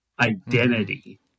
identity